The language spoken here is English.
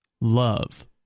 love